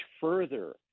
further